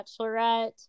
bachelorette